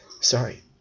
sorry